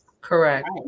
Correct